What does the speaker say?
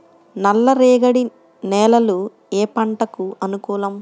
నల్ల రేగడి నేలలు ఏ పంటకు అనుకూలం?